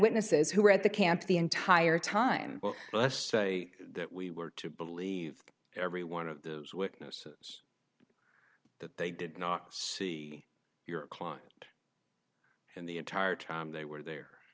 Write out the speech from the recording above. witnesses who were at the camp the entire time well let's say that we were to believe every one of those witnesses that they did not see your client and the entire time they were